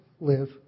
live